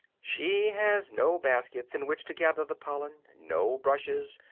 she has no baskets in which to gather the pollen, no brushes,